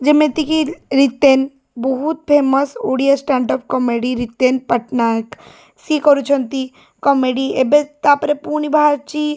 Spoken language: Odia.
ଯେମିତିକି ରିତେନ ବହୁତ famous Odia standup comedy Riten Pattanaik ସିଏ କରୁଛନ୍ତି କମେଡ଼ି ଏବେ ତା'ପରେ ପୁଣି ବାହାରିଛି